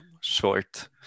short